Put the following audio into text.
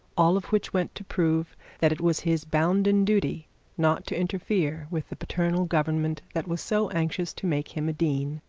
all of which went to prove that it was his bounden duty not to interfere with the paternal government that was so anxious to make him a dean,